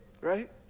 Right